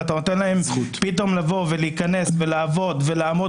ואתה נותן להם פתאום לבוא ולהיכנס ולעבוד ולעמוד